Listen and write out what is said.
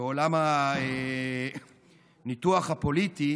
ועולם הניתוח הפוליטי